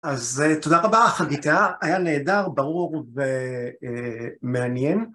אז תודה רבה חגיתה, היה נהדר, ברור ומעניין.